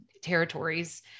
territories